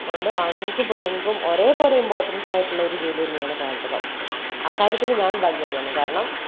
അതുകൊണ്ട് ആണുങ്ങൾക്കും പെണ്ണുങ്ങൾക്കും ഒരേപോലെ ഇമ്പോർട്ടൻസ് ആയിട്ടുള്ള ഒരു ജോലി തന്നെയാണ് പാചകം അക്കാര്യത്തിൽ ഞാൻ ഭാഗ്യവതി ആണ് കാരണം